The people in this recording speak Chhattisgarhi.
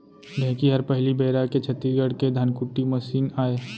ढेंकी हर पहिली बेरा के छत्तीसगढ़ के धनकुट्टी मसीन आय